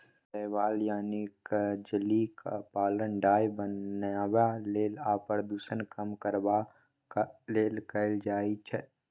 शैबाल यानी कजलीक पालन डाय बनेबा लेल आ प्रदुषण कम करबाक लेल कएल जाइ छै